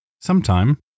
sometime